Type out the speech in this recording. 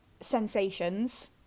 sensations